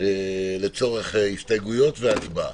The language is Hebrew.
לצורך הסתייגויות והצבעה.